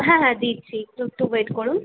হ্যাঁ হ্যাঁ দিচ্ছি একটু একটু ওয়েট করুন